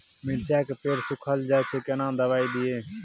मिर्चाय के पेड़ सुखल जाय छै केना दवाई दियै?